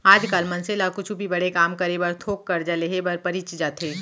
आज काल मनसे ल कुछु भी बड़े काम करे बर थोक करजा लेहे बर परीच जाथे